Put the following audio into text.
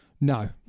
No